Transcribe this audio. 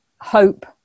hope